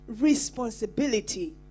responsibility